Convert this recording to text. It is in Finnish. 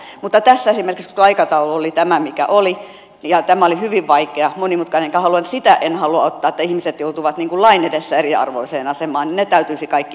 mutta kun tässä esimerkiksi aikataulu oli tämä mikä oli ja tämä oli hyvin vaikea monimutkainen ja sitä en halua että ihmiset joutuvat lain edessä eriarvoiseen asemaan niin ne täytyisi kaikki selvittää